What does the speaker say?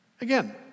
Again